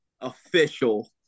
official